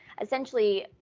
essentially